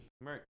Right